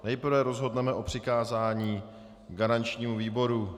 Nejprve rozhodneme o přikázání garančnímu výboru.